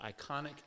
iconic